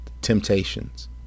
Temptations